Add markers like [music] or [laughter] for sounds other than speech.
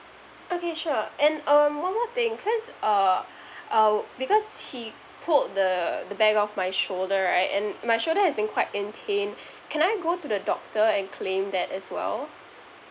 okay sure and um one more thing cause uh [breath] uh because he pulled the the bag off my shoulder right and my shoulder has been quite in pain [breath] can I go to the doctor and claim that as well